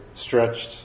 stretched